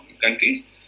countries